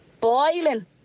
boiling